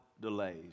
delays